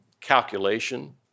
calculation